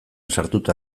sartuta